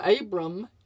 Abram